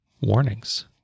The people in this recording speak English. warnings